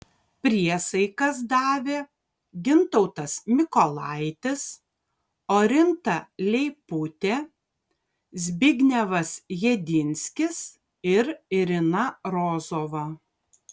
priesaikas davė gintautas mikolaitis orinta leiputė zbignevas jedinskis ir irina rozova